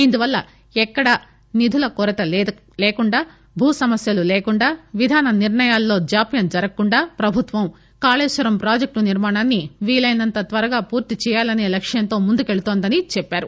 ఇందువల్ల ఎక్కడ నిధుల కొరత లేకుండా భూ సమస్యలు లేకుండా విధాన నిర్ణయాలలో జాప్యం జరుగకుండా ప్రభుత్వం కాళేశ్వరం ప్రాజెక్టు నిర్మాణాన్ని వీలైనంత త్వరగా పూర్తి చెయ్యాలసే లక్ష్యంతో ముందుకు వెళుతుందని చెప్పారు